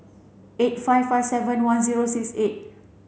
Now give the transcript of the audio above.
eight five five seven one zero six eight